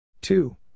Two